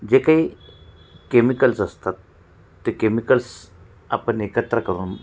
जे काही केमिकल्स असतात ते केमिकल्स आपण एकत्र करून